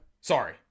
Sorry